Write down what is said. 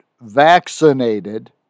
vaccinated